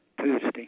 Tuesday